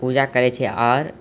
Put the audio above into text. पूजा करै छियै आओर